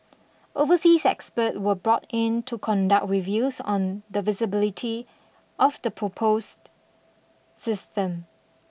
overseas experts were brought in to conduct reviews on the feasibility of the proposed system